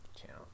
channel